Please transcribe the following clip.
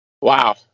Wow